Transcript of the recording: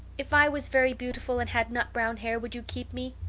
if i was very beautiful and had nut-brown hair would you keep me?